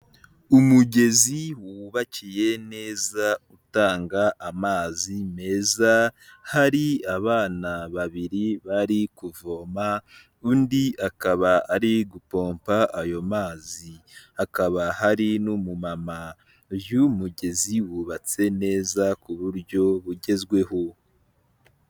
Umugezi wubakiye neza utanga amazi meza, hari abana babiri bari kuvoma, undi akaba ari gupompa ayo mazi, hakaba hari n'umumama, uyu mugezi wubatse neza ku buryo bugezweho.